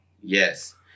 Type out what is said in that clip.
Yes